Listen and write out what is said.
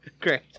Great